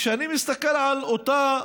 כשאני מסתכל על אותה